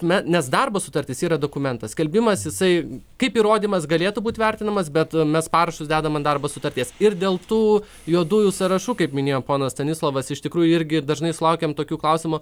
na nes darbo sutartis yra dokumentas skelbimas jisai kaip įrodymas galėtų būt vertinamas bet mes parašus dedam ant darbo sutarties ir dėl tų juodųjų sąrašų kaip minėjo ponas stanislovas iš tikrųjų irgi dažnai sulaukiam tokių klausimų